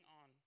on